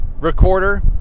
recorder